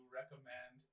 recommend